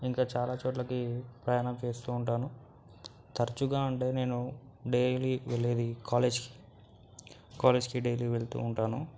ఇంకా చాలా చోట్లకి ప్రయాణం చేస్తూ ఉంటాను తరచుగా అంటే నేను డైలీ వెళ్ళేది కాలేజీకి కాలేజీకి డైలీ వెళ్తూ ఉంటాను